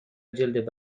جلد